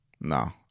No